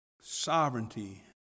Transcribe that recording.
sovereignty